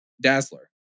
Dazzler